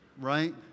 right